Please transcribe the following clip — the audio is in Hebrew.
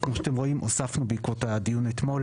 כמו שאתם רואים, בעקבות הדיון אתמול